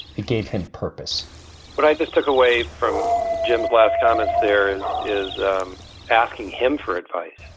it gave him purpose but i just took away from jim's last comments. there is is um asking him for advice.